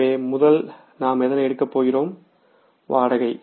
எனவே முதல் நாம் எதனை எடுக்க போகிறோம் வாடகை